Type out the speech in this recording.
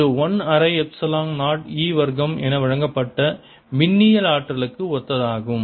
இது 1 அரை epsilon 0 e வர்க்கம் என வழங்கப்பட்ட மின்னியல் ஆற்றலுக்கு ஒத்ததாகும்